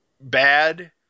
bad